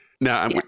Now